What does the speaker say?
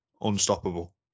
unstoppable